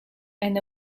and